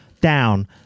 down